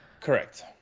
Correct